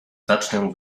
zacznę